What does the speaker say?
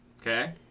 Okay